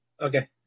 Okay